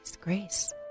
grace